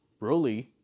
Broly